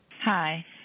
Hi